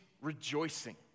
rejoicing